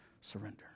surrender